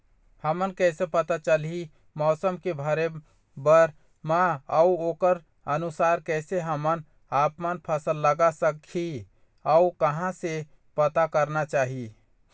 हमन कैसे पता चलही मौसम के भरे बर मा अउ ओकर अनुसार कैसे हम आपमन फसल लगा सकही अउ कहां से पता करना चाही?